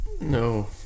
No